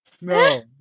No